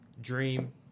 dream